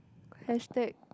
hashtag